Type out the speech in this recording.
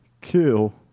kill